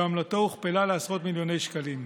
ועמלתו הוכפלה לעשרות מיליוני שקלים.